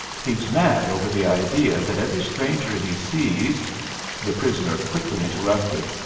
he's mad over the idea that every stranger he sees the prisoner quickly interrupted.